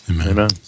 Amen